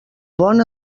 bon